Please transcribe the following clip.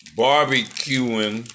barbecuing